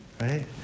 right